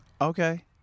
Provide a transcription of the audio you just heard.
okay